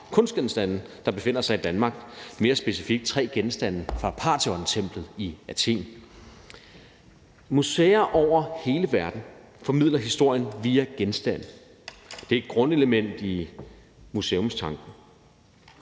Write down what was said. kunstgenstande, der befinder sig i Danmark – mere specifikt: tre genstande fra Parthenontemplet i Athen. Museer over hele verden formidler historien via genstande; det er et grundelement i museumstanken